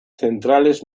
centrales